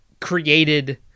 created